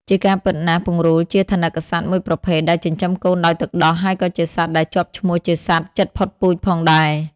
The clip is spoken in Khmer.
ជាការពិតណាស់ ពង្រូលជាថនិកសត្វមួយប្រភេទដែលចិញ្ចឹមកូនដោយទឹកដោះ ហើយក៏ជាសត្វដែលជាប់ឈ្មោះជាសត្វជិតផុតពូជផងដែរ។